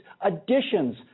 additions